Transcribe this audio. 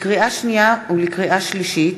לקריאה שנייה ולקריאה שלישית: